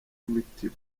imitima